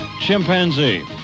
chimpanzee